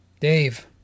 Dave